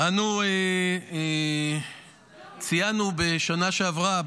אנחנו ציינו בשנה שעברה,